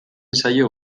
zaio